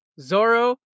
Zoro